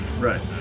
Right